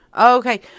Okay